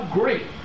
great